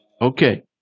Okay